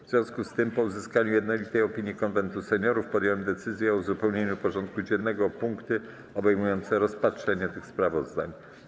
W związku z tym, po uzyskaniu jednolitej opinii Konwentu Seniorów, podjąłem decyzję o uzupełnieniu porządku dziennego o punkty obejmujące rozpatrzenie tych sprawozdań.